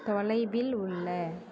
தொலைவில் உள்ள